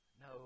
No